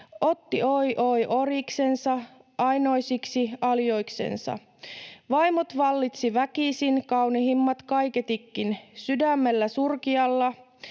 otti oi! oi! orjiksensa / ainoisiksi aljoiksensa; / vaimot vallitsi väkisin / kaunihimmat kaiketikkin / sydämmellä surkialla